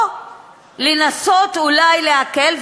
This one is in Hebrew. או לנסות, אולי, להקל.